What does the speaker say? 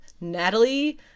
Natalie